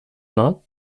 not